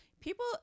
people